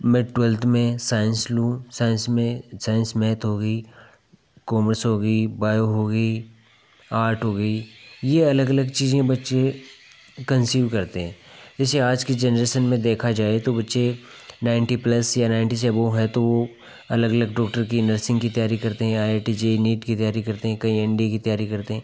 मैं ट्वेल्थ में साइंस लूँ साइंस में साइंस मैथ गई कॉमर्स हो गई बायो हो गई आर्ट हो गई ये अलग अलग चीज़ें बच्चे कन्सीव करते हैं जैसे आज की जनरेसन में देखा जाए तो बच्चे नाइन्टी प्लस या नाइन्टी से अबोव हैं तो अलग अलग डॉक्टर की नर्सिंग की तैयारी करते हैं या I I T JEE NEET की तैयारी करते हैं कई एन डी ए की तैयारी करते हैं